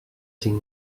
cinc